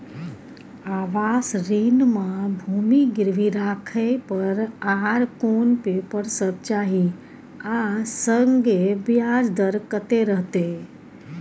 आवास ऋण म भूमि गिरवी राखै पर आर कोन पेपर सब चाही आ संगे ब्याज दर कत्ते रहते?